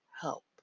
help